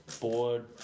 Board